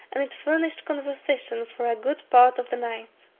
and it furnished conversation for a good part of the night.